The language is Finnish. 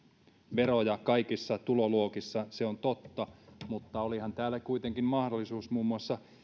veroja kaikissa tuloluokissa se on totta mutta olihan täällä kuitenkin mahdollisuus muun muassa